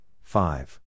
five